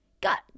Got